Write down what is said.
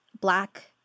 Black